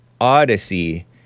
Odyssey